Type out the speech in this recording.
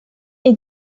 est